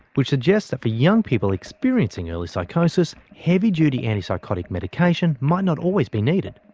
which suggests that for young people experiencing early psychosis, heavy duty antipsychotic medication might not always be needed.